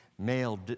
Male